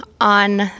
on